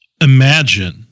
imagine